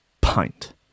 pint